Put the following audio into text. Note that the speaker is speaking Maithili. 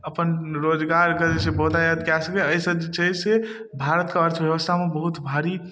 अपन रोजगारके जे छै बहुतायात कए सकय अइसँ जे छै से भारतके अर्थव्यवस्थामे बहुत भारी